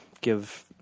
give